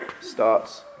starts